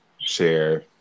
share